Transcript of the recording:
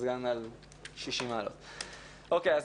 אוקיי,